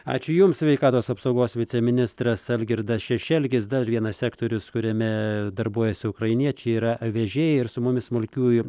ačiū jums sveikatos apsaugos viceministras algirdas šešelgis dar vienas sektorius kuriame darbuojasi ukrainiečiai yra vežėjai ir su mumis smulkiųjų